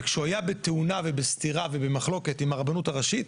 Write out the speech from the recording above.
וכשהוא היה בתאונה ובסתירה ובמחלוקת עם הרבנות הראשית,